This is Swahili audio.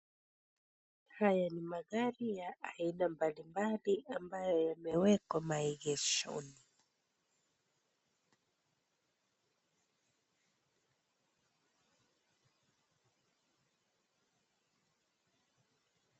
Haya ni magari ya aina mbali mbali ambayo yamewekwa maegeshoni.